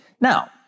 Now